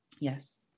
yes